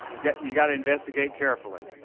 yeah you've got to investigate carefully.